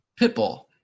Pitbull